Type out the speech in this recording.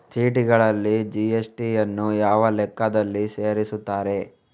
ಚೀಟಿಗಳಲ್ಲಿ ಜಿ.ಎಸ್.ಟಿ ಯನ್ನು ಯಾವ ಲೆಕ್ಕದಲ್ಲಿ ಸೇರಿಸುತ್ತಾರೆ?